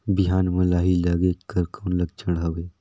बिहान म लाही लगेक कर कौन लक्षण हवे?